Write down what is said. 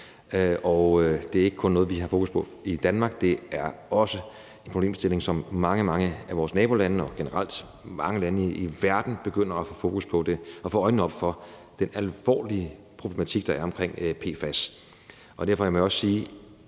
og det er ikke kun noget, vi har fokus på i Danmark. Det er også en problemstilling, som mange, mange af vores nabolande og mange lande i verden generelt begynder at få fokus på. De begynder at få øjnene op for den alvorlige problematik, der er omkring PFAS. Derfor må jeg også sige,